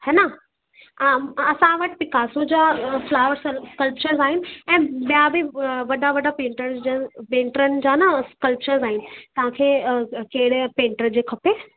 है न असां वटि पिकासो जा फ़्लावर्सल स्कल्पचर आहिनि ऐं ॿिया बि वॾा वॾा पेंटर जा पेंटरनि जा न स्कल्पचर आहिनि तव्हांखे कहिड़े पेंटर जो खपे